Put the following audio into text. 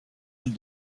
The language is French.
îles